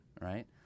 right